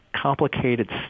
complicated